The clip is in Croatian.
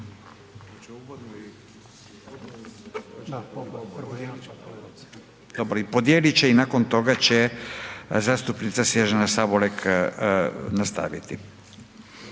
Podijelit će i nakon toga će zastupnica Snježana Sabolek nastaviti.